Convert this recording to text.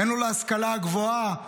אין לו להשכלה הגבוהה,